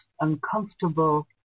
uncomfortable